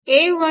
उरेल